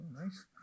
nice